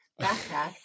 backpack